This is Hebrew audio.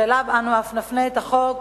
שאליו אנו אף נפנה את החוק,